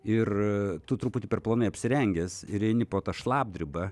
ir tu truputį per plonai apsirengęs ir eini po to šlapdriba